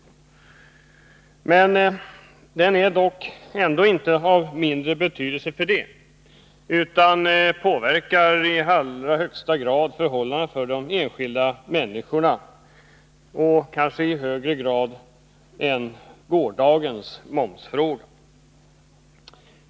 Skattedebatten är dock inte av mindre betydelse utan påverkar förhållandena för de enskilda människorna kanske i högre grad än gårdagens momsfråga.